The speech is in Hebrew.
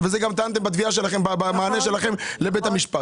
זה גם מה שטענתם במענה שלכם לבית המשפט.